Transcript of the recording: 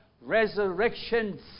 resurrections